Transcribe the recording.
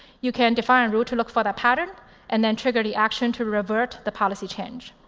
you can define a rule to look for that pattern and then trigger the action to revert the policy change.